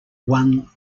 one